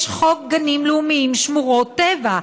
יש חוק גנים לאומיים ושמורות טבע,